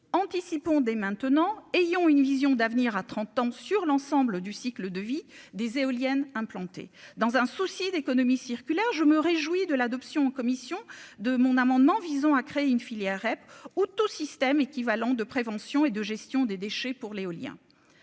anticipons dès maintenant, ayons une vision d'avenir à 30 ans sur l'ensemble du cycle de vie des éoliennes implantées dans un souci d'économie circulaire, je me réjouis de l'adoption en commission de mon amendement visant à créer une filière REP ou tout système équivalent de prévention et de gestion des déchets pour l'éolien,